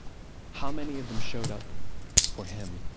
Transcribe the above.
how many of them showed up for him?